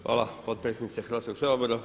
Hvala potpredsjednice Hrvatskog sabora.